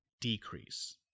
decrease